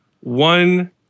one